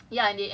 don't know lah